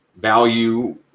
value